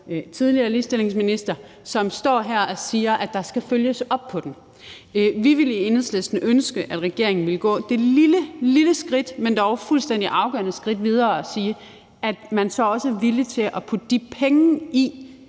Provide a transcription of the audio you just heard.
tidligere ligestillingsminister, som står her og siger, at der skal følges op på den. Vi ville i Enhedslisten ønske, at regeringen ville gå det lille, lille, men dog fuldstændig afgørende skridt videre og sige, at man så også er villig til at putte de penge i